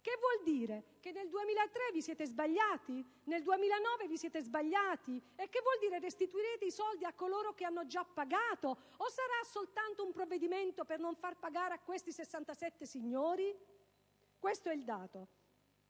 Cosa vuol dire? Che nel 2003 e nel 2009 vi siete sbagliati? Restituirete i soldi a coloro che hanno già pagato, o sarà soltanto un provvedimento per non far pagare questi 67 signori? Questo è il dato.